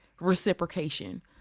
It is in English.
reciprocation